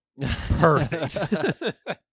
Perfect